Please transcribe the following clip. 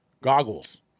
goggles